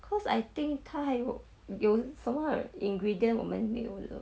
cause I think 他还有有什么 ingredient 我们没有的